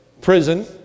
prison